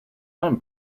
i’m